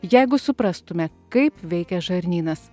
jeigu suprastume kaip veikia žarnynas